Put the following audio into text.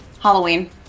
Halloween